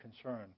concern